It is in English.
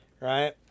Right